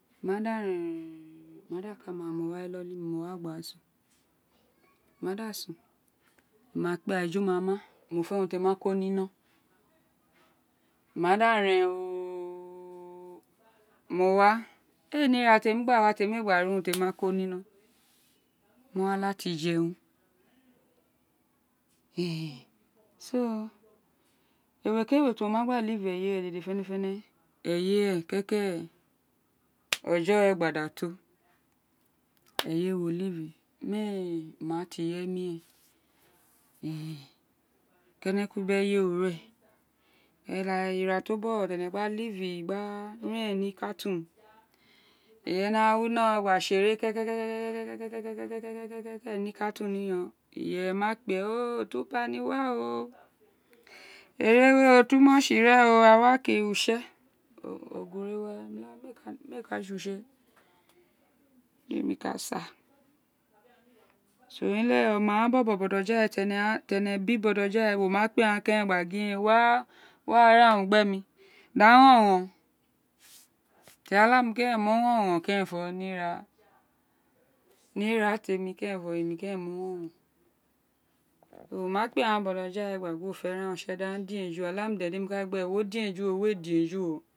Mo ma da ren ren ren ren o ma da ka mara ma na ni iloli mo wa gba sun mo da sun mo ma kpi ara eju mã ma mo fé urun temi wa ko ni no mo ma da ren oo ooooo mo wa éè ní ira temi ma ri urun temi wáà ko nrino mo wa la tí je urun ewe kí ewoe tí uwo ma da wí eyi wẽ ded fenefene eyi ren kékè ojo ré gba da to éyè mr éè ma tí ireye ommen leene ku bí eyero ren ira ire to bo gho ren tí a gba gba ren ní katy eyi ene wa wino gba tsi éré ke ke ke ke ke ke ke ke ní katu ní yon iyere ma kpi éè o tu pani wa óò ere óò ren óò a wa ke utse ogure ok mì ka saa owun we leghe tí oma boja we ti ene bí boto ja we wõ ma aghan am wa ra urun gbe mi du a ronron kenenfo ní ira temi kerenfo mo ronron wo ma kpe aghaan boto jo we gba gin wo fe ran utse dí agha ka din eju okmi mo ka gin gbí agham gin wo din eju o we dun éju o.